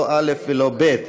לא א' ולא ב'.